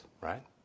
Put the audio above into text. right